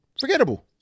forgettable